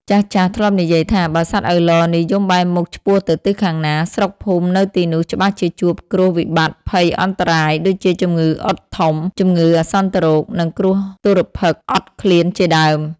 ចាស់ៗ ធ្លាប់និយាយថា បើសត្វឪឡនេះយំបែរមុខឆ្ពោះទៅទិសខាងណា ស្រុកភូមិនៅទីនោះច្បាស់ជាជួបគ្រោះវិបត្តិភ័យអន្តរាយ ដូចជាជំងឺអុតធំ ជំងឺអាសន្នរោគ និងគ្រោះទុរ្ភិក្សអត់ឃ្លានជាដើម។